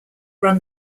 run